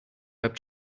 web